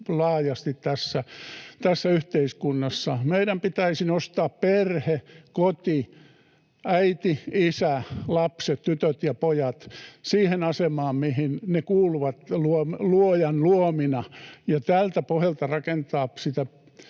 laajasti tässä yhteiskunnassa. Meidän pitäisi nostaa perhe, koti, äiti, isä, lapset, tytöt ja pojat siihen asemaan, mihin ne kuuluvat luojan luomina, ja tältä pohjalta rakentaa sitä